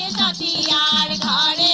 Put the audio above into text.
and da da da da da